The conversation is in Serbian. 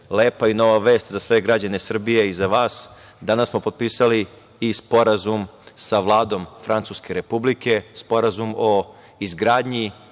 lepa i nova vest za sve građane Srbije i za vas, danas smo potpisali i sporazum sa Vladom Francuske republike, Sporazum o izgradnji